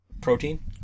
protein